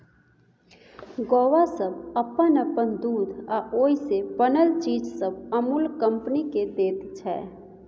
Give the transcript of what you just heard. गौआँ सब अप्पन अप्पन दूध आ ओइ से बनल चीज सब अमूल कंपनी केँ दैत छै